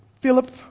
Philip